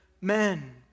men